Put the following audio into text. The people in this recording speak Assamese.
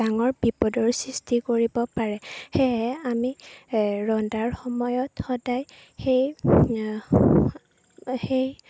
ডাঙৰ বিপদৰ সৃষ্টি কৰিব পাৰে সেয়েহে আমি ৰন্ধাৰ সময়ত সদায় সেই সেই